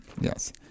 Yes